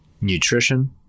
nutrition